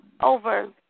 over